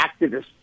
activists